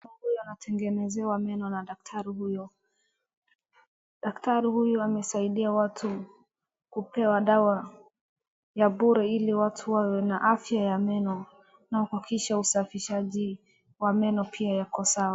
Mtu huyu anatengenezewa meno na daktari huyo. Daktari huyo amesaidia watu kupewa dawa ya bure ili watu wawe na afya ya meno. Na kuhakikisha usafishaji wa meno pia yako sawa.